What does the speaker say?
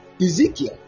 ezekiel